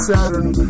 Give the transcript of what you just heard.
Saturn